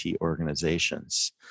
organizations